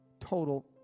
total